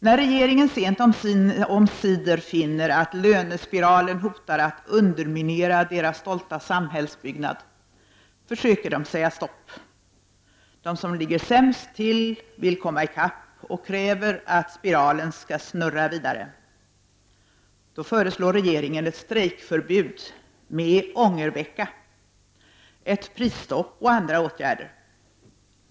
När regeringen sent omsider finner att lönespiralen hotar att underminera dess stolta samhällsbyggnad, försöker den säga stopp. De som ligger sämst till vill komma i kapp och kräver att spiralen skall snurra vidare. Då föreslår regeringen ett strejkförbud — med ångervecka — ett prisstopp och andra åtgärder.